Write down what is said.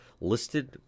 listed